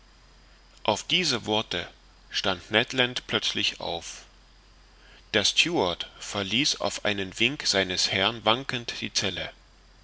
auf diese worte stand ned land plötzlich auf der steward verließ auf einen wink seines herrn wankend